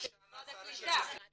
אה, במשרד הקליטה.